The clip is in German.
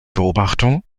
beobachtung